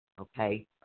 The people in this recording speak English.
Okay